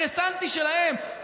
האינטרסנטי שלהם.